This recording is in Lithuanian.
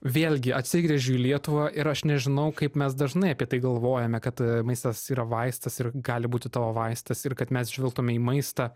vėlgi atsigręžiu į lietuvą ir aš nežinau kaip mes dažnai apie tai galvojame kad maistas yra vaistas ir gali būti tavo vaistas ir kad mes žvelgtume į maistą